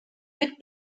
mit